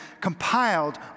compiled